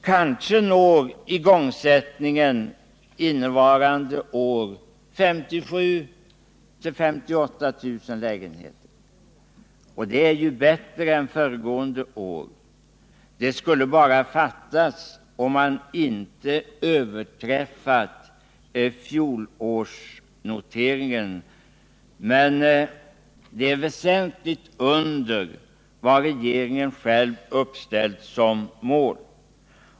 Kanske når igångsättningen innevarande år 57 000-58 000 lägenheter. Det är ju bättre än föregående år, men det skulle bara fattas att man inte överträffade fjolårsnoteringen! Det är dock väsentligt under vad regeringen själv uppställt som mål.